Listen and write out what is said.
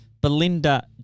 Belinda